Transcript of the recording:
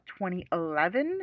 2011